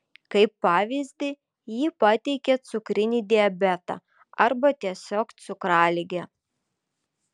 kaip pavyzdį ji pateikia cukrinį diabetą arba tiesiog cukraligę